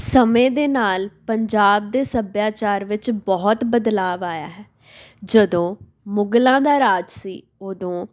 ਸਮੇਂ ਦੇ ਨਾਲ ਪੰਜਾਬ ਦੇ ਸੱਭਿਆਚਾਰ ਵਿੱਚ ਬਹੁਤ ਬਦਲਾਵ ਆਇਆ ਹੈ ਜਦੋਂ ਮੁਗਲਾਂ ਦਾ ਰਾਜ ਸੀ ਉਦੋਂ